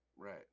Right